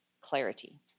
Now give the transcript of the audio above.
clarity